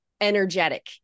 energetic